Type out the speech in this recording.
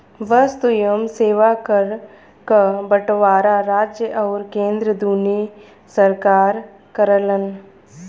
वस्तु एवं सेवा कर क बंटवारा राज्य आउर केंद्र दूने सरकार करलन